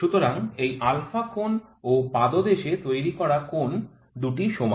সুতরাং এই α কোণ ও পাদদেশে তৈরি করা কোণ দুটিই সমান